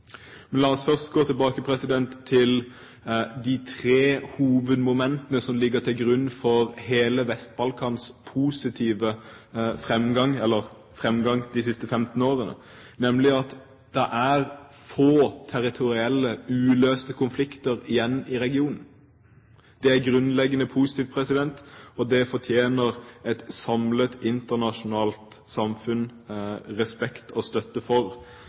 Men la oss først gå tilbake til de tre hovedmomentene som ligger til grunn for hele Vest-Balkans framgang de siste 15 årene. Det er få territorielle uløste konflikter igjen i regionen. Det er grunnleggende positivt, og det fortjener et samlet internasjonalt samfunn respekt og støtte for.